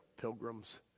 pilgrims